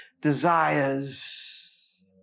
desires